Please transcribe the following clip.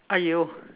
!aiyo!